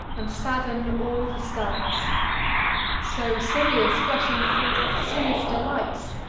and sadden all the skies so sirius, flashing forth sinister lights,